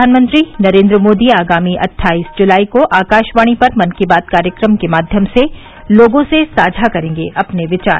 प्रधानमंत्री नरेन्द्र मोदी आगामी अट्ठाईस जुलाई को आकाशवाणी पर मन की बात कार्यक्रम के माव्यम से लोगों से साझा करेंगे अपने विचार